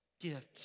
gift